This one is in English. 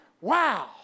wow